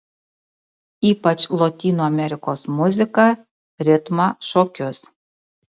ypač lotynų amerikos muziką ritmą šokius